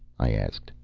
i asked,